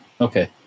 okay